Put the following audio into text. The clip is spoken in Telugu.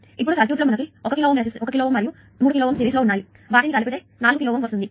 కాబట్టి ఇప్పుడు సర్క్యూట్ లో మనకు 1 కిలో Ω మరియు 3 కిలో Ω సిరీస్ లో ఉన్నాయివాటిని కలిపితే మనకు 4 కిలో Ω వస్తుంది